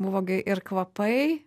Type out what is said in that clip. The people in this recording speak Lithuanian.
buvo gi ir kvapai